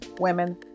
Women